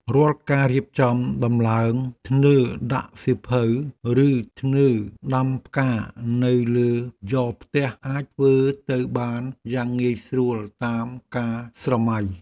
រាល់ការរៀបចំដំឡើងធ្នើរដាក់សៀវភៅឬធ្នើរដាំផ្កានៅលើយ៉រផ្ទះអាចធ្វើទៅបានយ៉ាងងាយស្រួលតាមការស្រមៃ។